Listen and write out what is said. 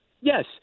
Yes